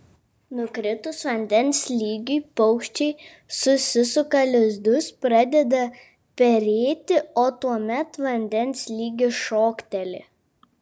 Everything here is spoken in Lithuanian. nukritus vandens lygiui paukščiai susisuka lizdus pradeda perėti o tuomet vandens lygis šokteli